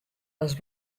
els